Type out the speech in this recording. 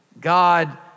God